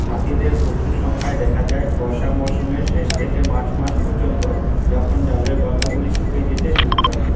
হাতিদের প্রচুর সংখ্যায় দেখা যায় বর্ষা মরশুমের শেষ থেকে মার্চ মাস পর্যন্ত যখন জলের গর্তগুলি শুকিয়ে যেতে শুরু করে